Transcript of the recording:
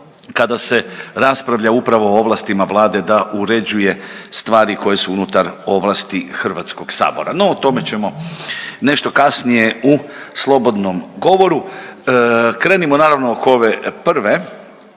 kada se raspravlja upravo o ovlastima Vlade da uređuje stvari koje su unutar ovlasti HS-a. No, o tome ćemo nešto kasnije u slobodnom govoru. Krenimo, naravno, oko ove prve